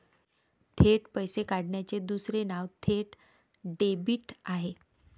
थेट पैसे काढण्याचे दुसरे नाव थेट डेबिट आहे